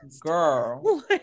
girl